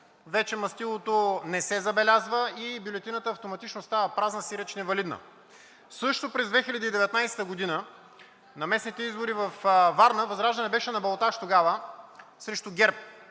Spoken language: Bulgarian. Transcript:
вече мастилото не се забелязва и бюлетината автоматично става празна, сиреч невалидна. Също през 2019 г. на местните избори във Варна ВЪЗРАЖДАНЕ беше на балотаж, тогава срещу ГЕРБ.